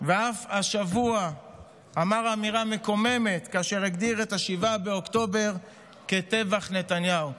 ואף השבוע אמר אמירה מקוממת כאשר הגדיר את 7 באוקטובר כ"טבח נתניהו".